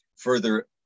further